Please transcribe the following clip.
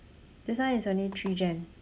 this one is only three gen